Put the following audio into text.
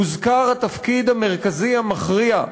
הוזכר התפקיד המרכזי, המכריע,